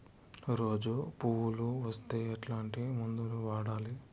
రోజా పువ్వులు వస్తే ఎట్లాంటి మందులు వాడాలి?